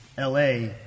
LA